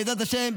בעזרת השם,